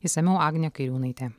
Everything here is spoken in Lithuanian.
išsamiau agnė kairiūnaitė